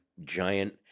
giant